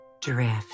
drift